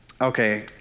Okay